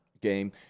game